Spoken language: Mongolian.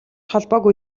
холбоогүй